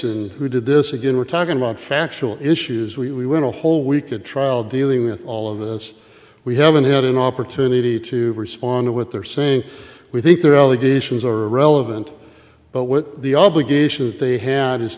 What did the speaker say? and who did this again we're talking about factual issues we went a whole week at trial dealing with all of this we haven't had an opportunity to respond to what they're saying we think their allegations are relevant but what the obligation that they had is